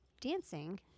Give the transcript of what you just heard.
dancing